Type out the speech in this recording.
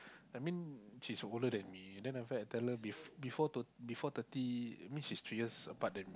I mean she's older than me then after that I tell her bef~ before thir~ before thirty means she's three years apart than